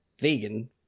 vegan